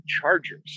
Chargers